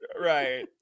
Right